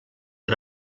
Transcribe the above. per